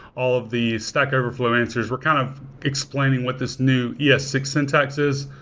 all of these stack overflow answers. we're kind of explaining what this new e s six syntax is.